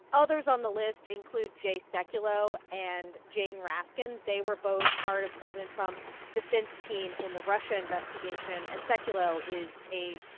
others on the list include jay sekulow and jane raskin. they were both part of president trump's defense team in the russia investigation. and sekulow is a,